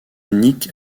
nick